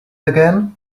again